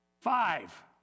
Five